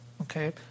okay